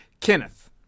Kenneth